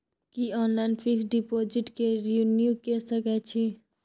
की online fix deposit के renew के सकै छी?